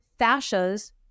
fascias